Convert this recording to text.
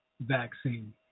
vaccine